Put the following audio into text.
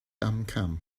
amcan